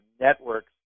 networks